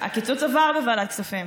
הקיצוץ עבר בוועדת כספים,